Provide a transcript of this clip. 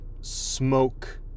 smoke